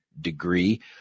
degree